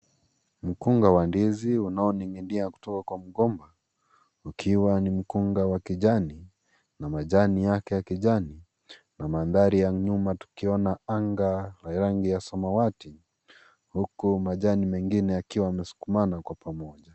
Mkunga wa ndizi unaoning'nia kutoka kwa mgomba ukiwa ni mkunga wa kijani na majani yake ya kijani na mandhari ya nyuma tukiona anga la rangi ya samawati huku majani mengine yakiwa yamesukumana kwa pamoja.